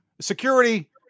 security